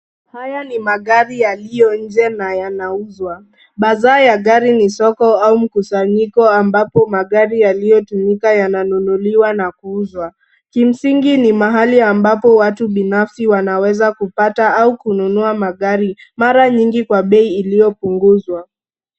Haya ni magari yaliyo nje na yanauzwa. Bazaar ya gari ni soko au mkusanyiko ambapo magari yaliyotumika yananunuliwa na kuuzwa. Kimsingi ni mahali ambapo watu binafsi wanaweza kupata au kununua magari mara nyingi kwa bei iliyopunguzwa.